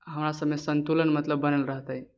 हमरासभमे सन्तुलन मतलब बनल रहतै